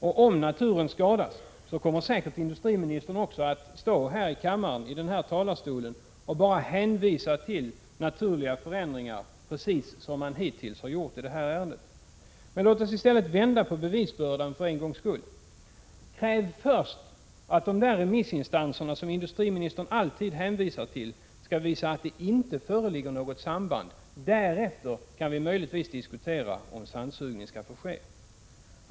Och om naturen skadas, kommer säkert industriministern att stå här i kammaren i denna talarstol och bara hänvisa till naturliga förändringar, precis som han hittills har gjort i detta ärende. Men låt oss i stället vända på bevisbördan för en gångs skull! Kräv först att dessa remissinstanser, som industriministern alltid hänvisar till, skall visa att det inte föreligger något samband! Därefter kan vi möjligtvis diskutera om sandsugning skall få ske.